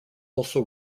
also